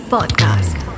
Podcast।